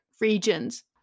regions